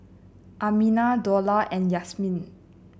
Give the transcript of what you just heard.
Aminah Dollah and Yasmin